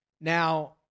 Now